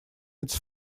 its